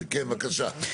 כן, בבקשה.